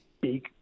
big